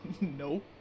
No